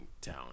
town